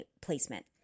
placement